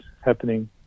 happening